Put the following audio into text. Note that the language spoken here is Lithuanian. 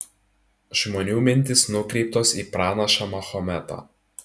žmonių mintys nukreiptos į pranašą mahometą